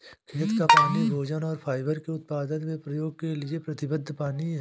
खेत का पानी भोजन और फाइबर के उत्पादन में उपयोग के लिए प्रतिबद्ध पानी है